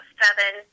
seven